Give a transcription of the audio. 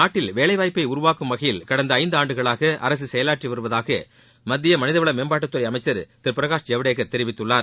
நாட்டில் வேலை வாய்ப்பை உருவாக்கும் வகையில் கடந்த ஐந்தாண்டுகளாக அரசு செயலாற்றி வருவதாக மத்திய மனிதவள மேம்பாட்டுத்துறை அமைச்சர் திரு பிரகாஷ் ஜவடேக்கர் தெரிவித்துள்ளார்